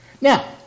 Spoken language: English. Now